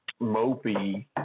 mopey